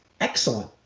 excellent